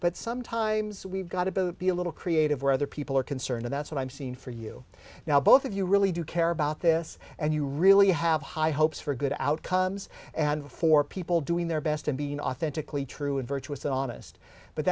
but sometimes we've got to be a little creative where other people are concerned that's what i'm seeing for you now both of you really do care about this and you really have high hopes for good outcomes and for people doing their best and being authentically true and virtuous and honest but